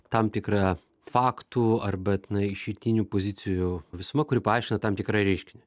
tam tikra faktų arba tenai išeitinių pozicijų visuma kuri paaiškina tam tikrą reiškinį